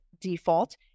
default